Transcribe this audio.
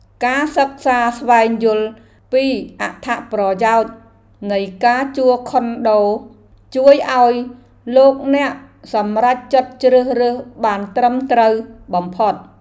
ការសិក្សាស្វែងយល់ពីអត្ថប្រយោជន៍នៃការជួលខុនដូជួយឱ្យលោកអ្នកសម្រេចចិត្តជ្រើសរើសបានត្រឹមត្រូវបំផុត។